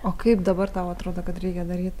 o kaip dabar tau atrodo kad reikia daryt